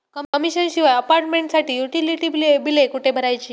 Commission शिवाय अपार्टमेंटसाठी utility बिले कुठे भरायची?